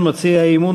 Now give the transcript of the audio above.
מיקי רוזנטל,